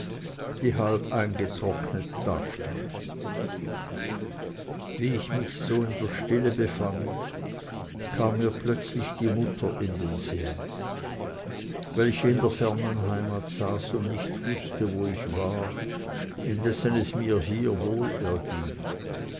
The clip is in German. die halb eingetrocknet dastanden wie ich mich so in der stille befand kam mir plötzlich die mutter in den sinn welche in der fernen heimat saß und nicht wußte wo ich war indessen es mir hier wohlerging